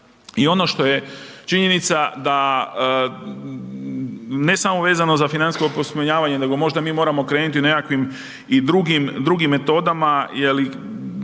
I ono što je činjenica da ne samo vezano za financijsko opismenjavanje nego možda mi moramo krenuti i nekakvim i drugim,